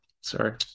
Sorry